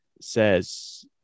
says